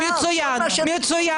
מצוין.